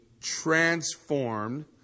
transformed